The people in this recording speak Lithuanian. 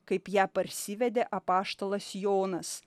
kaip ją parsivedė apaštalas jonas